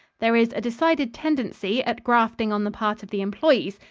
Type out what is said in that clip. there is a decided tendency at grafting on the part of the employes,